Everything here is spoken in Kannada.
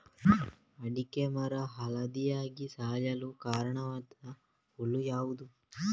ಅಡಿಕೆ ಮರ ಹಳದಿಯಾಗಿ ಸಾಯಲು ಕಾರಣವಾದ ಹುಳು ಯಾವುದು?